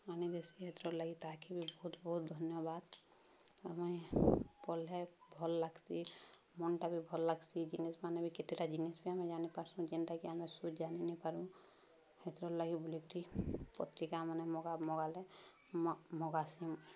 ଆନି ଦେସି ହେଥିର୍ ଲାଗି ତାହାକେ ବି ବହୁତ୍ ବହୁତ୍ ଧନ୍ୟବାଦ୍ ଆମେ ପଢ଼୍ଲେ ଭଲ୍ ଲାଗ୍ସି ମନଟା ବି ଭଲ ଲାଗସି ଜିନିଷ୍ମାନେ ବି କେତେଟା ଜିନିଷ୍ ବି ଆମେ ଜାନିପାର୍ସୁଁ ଯେନ୍ଟାକି ଆମେ ସୁଦ୍ ଜାନିନିପାରୁ ହେଥିର ଲାଗି ବୁଲିିକରି ପତ୍ରିକାମାନେ ମଗାଲେ ମଗାସି